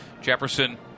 Jefferson